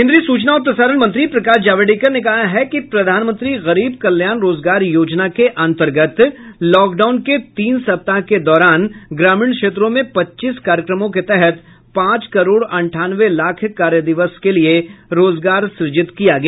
केंद्रीय सूचना और प्रसारण मंत्री प्रकाश जावड़ेकर ने कहा है कि प्रधानमंत्री गरीब कल्याण रोजगार योजना के अंतर्गत लॉकडाउन के तीन सप्ताह के दौरान ग्रामीण क्षेत्रों में पच्चीस कार्यक्रमों के तहत पांच करोड़ अंठानवे लाख कार्य दिवस के लिए रोजगार सृजित किया गया